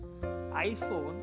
iphone